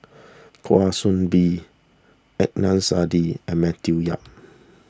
Kwa Soon Bee Adnan Saidi and Matthew Yap